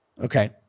Okay